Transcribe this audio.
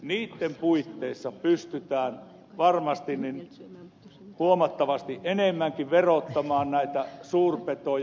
niitten puitteissa pystytään varmasti huomattavasti enemmänkin verottamaan näitä suurpetoja